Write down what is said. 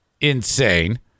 insane